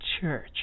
church